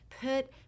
put